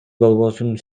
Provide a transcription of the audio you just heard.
болбосун